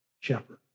shepherd